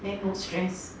then will stess